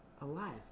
alive